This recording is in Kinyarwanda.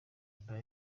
nyuma